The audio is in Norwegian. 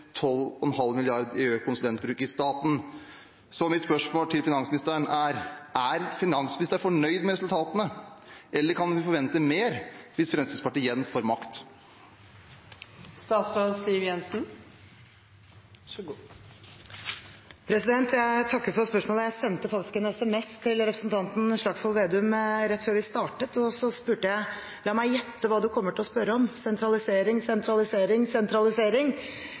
12,5 mrd. kr i økt konsulentbruk i staten. Mitt spørsmål til finansministeren er: Er finansministeren fornøyd med resultatene, eller kan vi forvente mer hvis Fremskrittspartiet igjen får makt? Jeg takker for spørsmålet. Jeg sendte faktisk en SMS til representanten Slagsvold Vedum rett før vi startet, og spurte: La meg gjette hva du kommer til å spørre om: sentralisering, sentralisering, sentralisering?